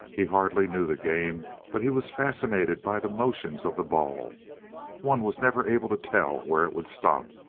he hardly knew the game. but he was fascinated by the motions of the ball one was never able to tell where it would stop,